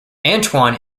antoine